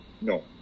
No